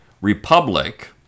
Republic